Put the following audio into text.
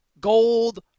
gold